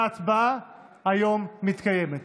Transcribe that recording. וההצבעה מתקיימת היום.